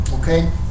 okay